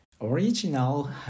Original